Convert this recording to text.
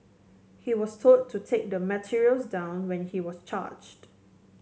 he was told to take the materials down when he was charged